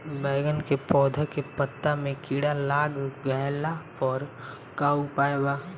बैगन के पौधा के पत्ता मे कीड़ा लाग गैला पर का उपाय बा?